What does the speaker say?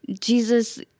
Jesus